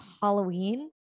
Halloween